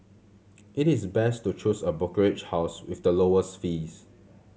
it is best to choose a brokerage house with the lowest fees